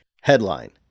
Headline